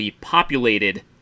populated